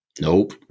Nope